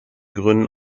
gründen